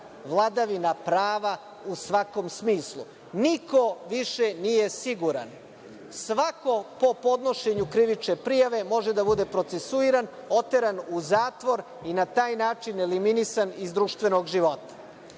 vladavina prava u svakom smislu. Niko više nije siguran. Svako po podnošenju krivične prijave može da bude procesuiran, oteran u zatvor i na taj način eliminisan iz društvenog života.